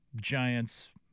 Giants